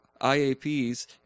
IAPs